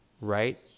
right